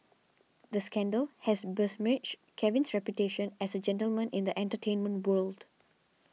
the scandal had besmirched Kevin's reputation as a gentleman in the entertainment world